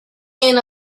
hand